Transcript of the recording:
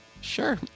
sure